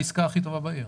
העסקה הכי טובה בעיר.